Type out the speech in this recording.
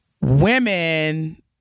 women